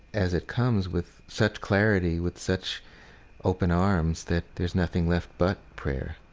as it comes with such clarity, with such open arms, that there's nothing left but prayer